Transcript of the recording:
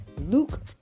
Luke